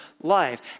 life